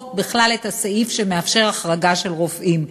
בכלל את הסעיף שמאפשר החרגה של רופאים.